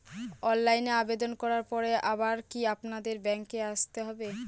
অনলাইনে আবেদন করার পরে আবার কি আপনাদের ব্যাঙ্কে আসতে হবে?